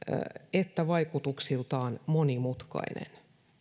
että vaikutuksiltaan monimutkainen